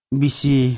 bisi